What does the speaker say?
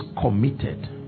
committed